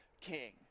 king